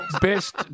Best